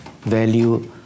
value